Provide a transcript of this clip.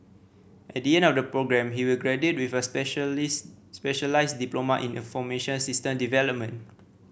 at the end of the programme he will graduate with a specialist specialize diploma system development